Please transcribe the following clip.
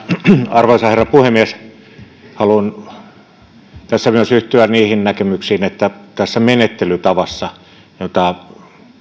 arvoisa herra puhemies haluan tässä myös yhtyä niihin näkemyksiin että tästä menettelytavasta jota